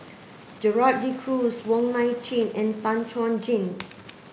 Gerald De Cruz Wong Nai Chin and Tan Chuan Jin